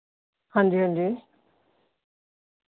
हां जी हां जी